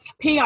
PR